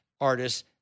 artists